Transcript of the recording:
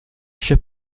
ship